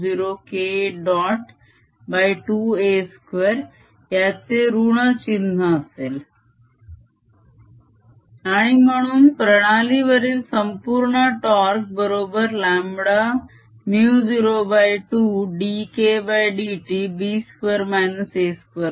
Force on the outer shell2πbσE0b2dKdt Torque on the outer shell 0b22dKdt Torque on the inner shell 0a22dKdt आणि म्हणून प्रणाली वरील संपूर्ण torque बरोबर 02dKdt होय